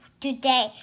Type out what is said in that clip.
Today